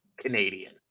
Canadian